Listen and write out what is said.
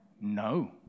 No